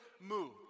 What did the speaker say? moved